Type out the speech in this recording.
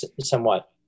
somewhat